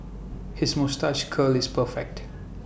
his moustache curl is perfect